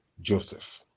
joseph